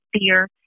fear